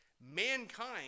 Mankind